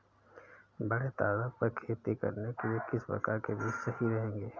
बड़े तादाद पर खेती करने के लिए किस प्रकार के बीज सही रहेंगे?